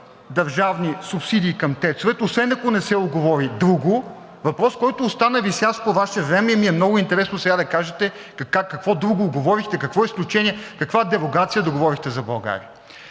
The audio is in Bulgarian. държавни субсидии към ТЕЦ-овете, освен ако не се уговори друго. Въпрос, който остана висящ по Ваше време, и ми е много интересно сега да кажете какво друго говорихте, какво изключение, каква дерогация договорихте за България?